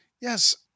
Yes